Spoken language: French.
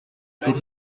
était